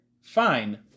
fine